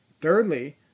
thirdly